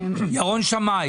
ירון שמאי.